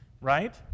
right